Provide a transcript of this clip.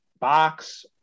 box